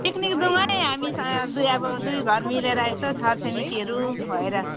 picnic जाउँ है हामी दुई अब दुई घर मिलेर यसो छरछिमेकीहरू भएर